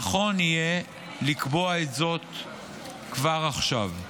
נכון יהיה לקבוע זאת כבר עכשיו.